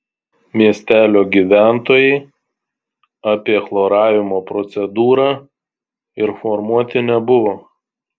miestelio gyventojai apie chloravimo procedūrą informuoti nebuvo